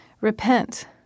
Repent